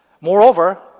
Moreover